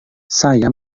saya